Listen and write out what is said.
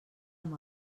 amb